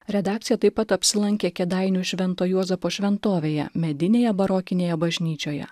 redakcija taip pat apsilankė kėdainių švento juozapo šventovėje medinėje barokinėje bažnyčioje